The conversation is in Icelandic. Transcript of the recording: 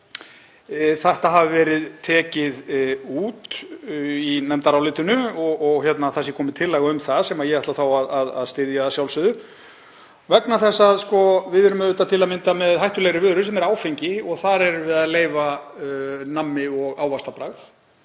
þetta hafi verið tekið út í nefndarálitinu og að komin sé tillaga um það, sem ég ætla þá að styðja, að sjálfsögðu, vegna þess að við erum til að mynda með hættulegri vöru sem er áfengi og þar erum við að leyfa nammi- og ávaxtabragð.